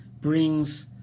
brings